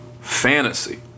fantasy